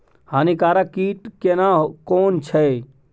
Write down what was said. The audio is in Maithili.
हानिकारक कीट केना कोन छै?